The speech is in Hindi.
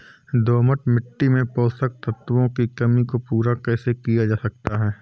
दोमट मिट्टी में पोषक तत्वों की कमी को पूरा कैसे किया जा सकता है?